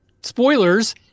spoilers